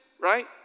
right